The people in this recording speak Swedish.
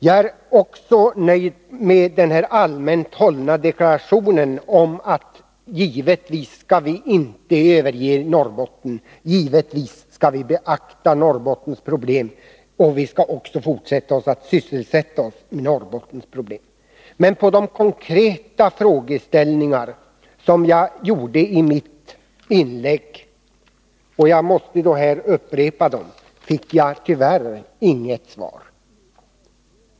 Jag är också nöjd med den allmänt hållna deklarationen att regeringen givetvis inte skall överge Norrbotten. Givetvis skall vi beakta Norrbottens problem och fortsätta att sysselsätta oss med dem, sade industriministern. Men på de konkreta frågor som jag ställde i mitt inlägg fick jag tyvärr inget svar. Jag måste därför upprepa dem.